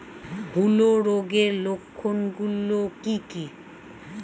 হূলো রোগের লক্ষণ গুলো কি কি?